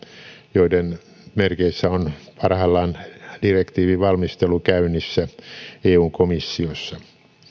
joiden merkeissä on parhaillaan direktiivin valmistelu käynnissä eun komissiossa